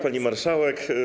Pani Marszałek!